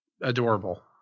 adorable